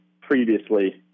previously